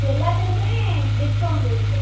எல்லாற்றுக்குமே discount இருக்குது